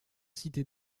cité